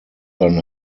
than